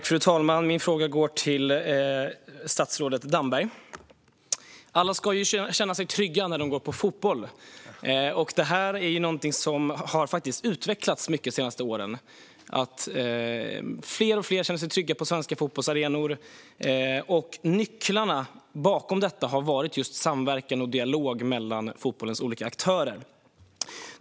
Fru talman! Min fråga går till statsrådet Damberg. Alla ska känna sig trygga när de går på fotbollsmatcher. Detta är någonting som faktiskt har utvecklats mycket under senare år, alltså att fler och fler känner sig trygga på svenska fotbollsarenor. Nycklarna bakom detta har varit samverkan och dialog mellan fotbollens olika aktörer.